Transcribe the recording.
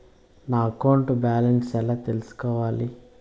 నా account balance ఎలా తెల్సుకోవాలి